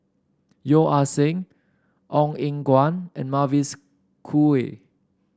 Yeo Ah Seng Ong Eng Guan and Mavis Khoo Oei